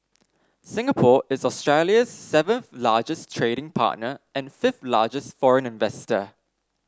Singapore is Australia's seventh largest trading partner and fifth largest foreign investor